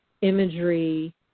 imagery